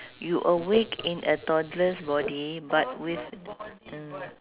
you awake in a toddler's body but with uh